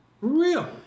Real